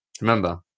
Remember